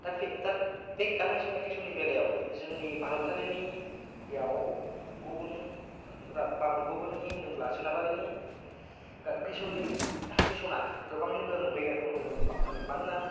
दा बे गाननाय जोमनाय फेशननि बेलायाव जोंनि भारतारिनियाव गुबुन गुबुननि होनदोंब्ला सोनाबारिनि फेशननि फेशना गोबाङैनो गोहोम गोग्लैनायखौ नुनो मोनो मानोना